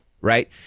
right